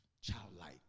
childlike